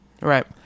Right